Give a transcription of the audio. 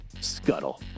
scuttle